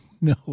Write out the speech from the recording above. No